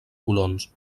colons